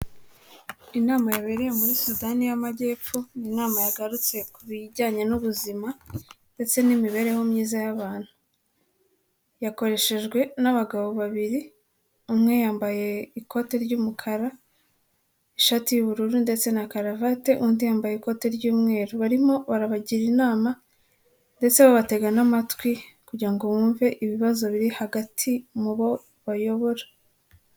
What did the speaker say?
Inama yabereye muri Sudani y'amajyepfo ni inama yagarutse ku bijyanye n'ubuzima ndetse n'imibereho myiza y'abantu, yakoreshejwe n'abagabo babiri. Umwe yambaye ikote ry'umukara, ishati y'ubururu ndetse na karavate, undi yambaye ikote ry'umweru, barimo barabagira inama ndetse babatega n’amatwi kugira ngo bumve ibibazo biri hagati mu bo bayobora.